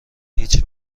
هیچ